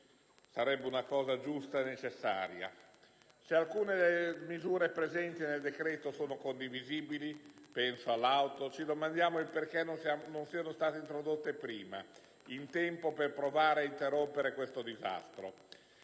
sarebbe una cosa giusta e necessaria. Se alcune misure presenti nel decreto sono condivisibili - penso al settore dell'auto - ci domandiamo perché non siano state introdotte prima, in tempo per provare ad interrompere questo disastro.